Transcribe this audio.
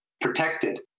protected